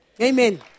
Amen